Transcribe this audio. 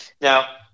Now